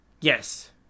Yes